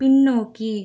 பின்னோக்கி